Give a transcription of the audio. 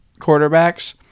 quarterbacks